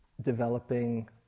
developing